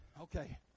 Okay